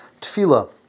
tefillah